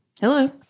Hello